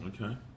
Okay